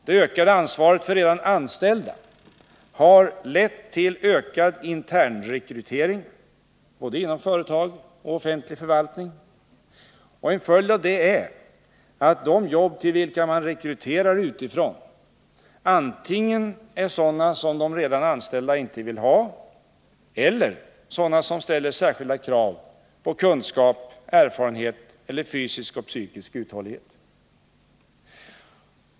Det ökade ansvaret för redan anställda har lett till ökad internrekrytering inom både företag och offentlig förvaltning. En följd av detta är att de jobb till vilka man rekryterar utifrån antingen är sådana som de redan anställda inte vill ha eller är sådana som ställer särskilda krav på kunskap, erfarenhet eller fysisk och psykisk uthållighet.